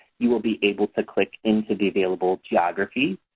you will be able to click into the available geography,